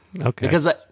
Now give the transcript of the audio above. Okay